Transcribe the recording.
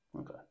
Okay